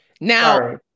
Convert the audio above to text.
Now